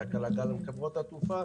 זו הקלה גם על חברות התעופה,